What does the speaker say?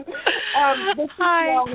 hi